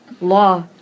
Law